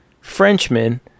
frenchman